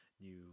new